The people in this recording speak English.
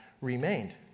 remained